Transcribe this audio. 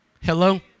Hello